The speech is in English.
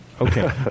okay